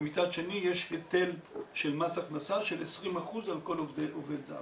ומצד שני יש היטל של מס הכנסה של 20% על כל עובד זר.